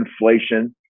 inflation